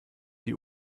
die